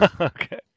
Okay